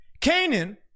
Canaan